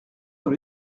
dans